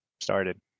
started